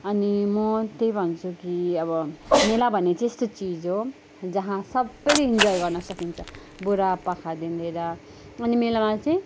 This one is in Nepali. अनि म तै भन्छु कि अब मेला भन्ने चाहिँ यस्तो चिज हो जहाँ सबैले इन्जोय गर्न सकिन्छ बुढापाखादेखि लिएर अनि मेलामा चाहिँ